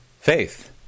faith